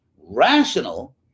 rational